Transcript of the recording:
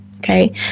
Okay